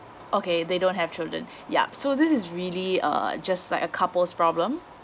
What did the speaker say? okay they don't have children yup so this is really a just like a couple's problem